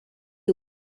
you